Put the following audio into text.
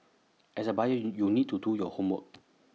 as A buyer you you need to do your homework